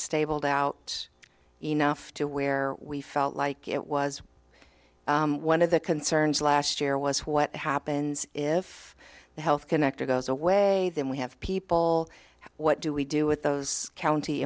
stabled out enough to where we felt like it was one of the concerns last year was what happens if the health connector goes away then we have people what do we do with those county